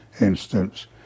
instance